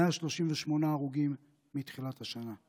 138 הרוגים מתחילת השנה.